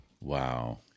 wow